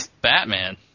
Batman